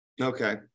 Okay